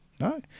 No